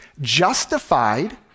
justified